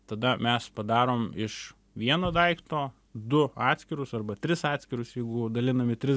tada mes padarom iš vieno daikto du atskirus arba tris atskirus jeigu dalinam į tris